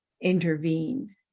intervene